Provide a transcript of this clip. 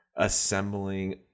Assembling